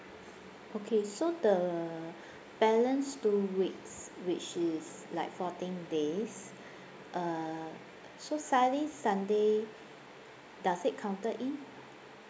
okay so the balance two weeks which is like fourteen days uh so saturday sunday does it counted in